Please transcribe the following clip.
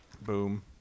Boom